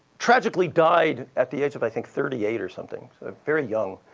tragically died at the age of, i think, thirty eight or something, so very young.